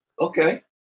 Okay